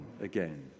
again